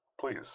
please